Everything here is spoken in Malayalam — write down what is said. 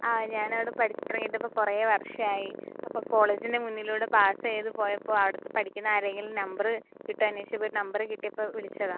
ആ ഞാനവിടെ പഠിച്ച് ഇറങ്ങിയിട്ടിപ്പോൾ കുറേ വർഷമായി അപ്പോൾ കോളേജിൻ്റെ മുന്നിലൂടെ പാസ് ചെയ്ത് പോയപ്പോൾ അവിടുത്തെ പഠിക്കുന്ന ആരുടെയെങ്കിലും നമ്പർ കിട്ടുമോ അന്വേഷിച്ചപ്പോൾ നമ്പർ കിട്ടിയപ്പോൾ വിളിച്ചതാണ്